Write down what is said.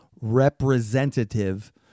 representative